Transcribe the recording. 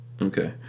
Okay